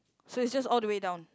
so it's just all the way down